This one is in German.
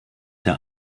der